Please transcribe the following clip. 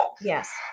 Yes